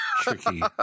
tricky